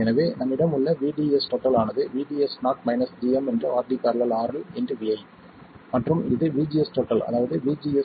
எனவே நம்மிடம் உள்ள VDS ஆனது VDS0 gmRD ║ RL vi மற்றும் இது VGS அதாவது VGS0 vi VT